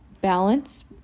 balance